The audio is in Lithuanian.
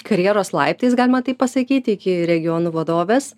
karjeros laiptais galima taip pasakyti iki regionų vadovės